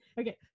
Okay